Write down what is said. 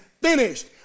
finished